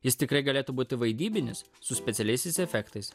jis tikrai galėtų būti vaidybinis su specialiaisiais efektais